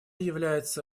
является